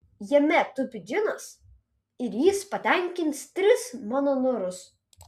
jame tupi džinas ir jis patenkins tris mano norus